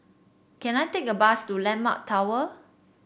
can I take a bus to landmark Tower